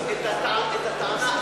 את הטענה,